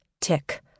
Tick